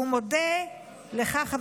הוא מודה לך,